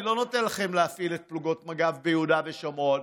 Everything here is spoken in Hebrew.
אני לא נותן לכם להפעיל את פלוגות מג"ב ביהודה ושומרון.